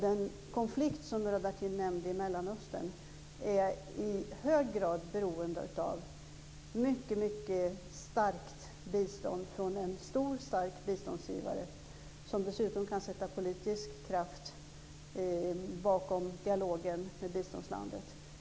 Den konflikt i Mellanöstern som Murad Artin nämnde är i hög grad beroende av ett mycket starkt bistånd från en stor stark biståndsgivare, som dessutom kan sätta politisk kraft bakom dialogen med biståndslandet.